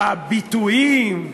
הביטויים,